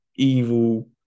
Evil